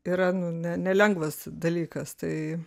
yra nu ne nelengvas dalykas tai